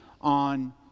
on